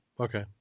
Okay